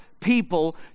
people